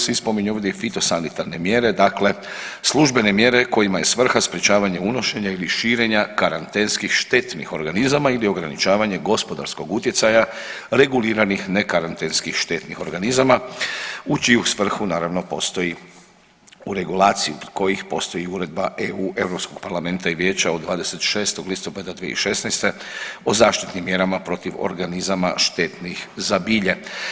Spominju ovdje i fitosanitarne mjere, dakle službene mjere kojima je svrha sprječavanje unošenja ili širenja karantenskih štetnih organizama ili ograničavanje gospodarskog utjecaja reguliranih nekarantenskih štetnih organizama u čiju svrhu naravno postoji u regulaciji kojih postoji Uredba EU Europskog parlamenta i Vijeća od 26. listopada 2016. o zaštitnim mjerama protiv organizama štetnih za bilje.